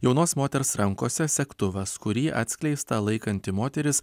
jaunos moters rankose segtuvas kurį atskleistą laikanti moteris